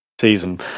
season